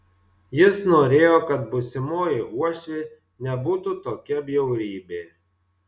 jis norėjo kad būsimoji uošvė nebūtų tokia bjaurybė